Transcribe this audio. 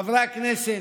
חברי הכנסת,